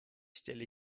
stelle